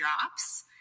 drops